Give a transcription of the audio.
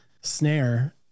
snare